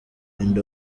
and